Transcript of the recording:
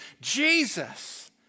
Jesus